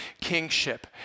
kingship